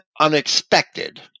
unexpected